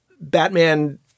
Batman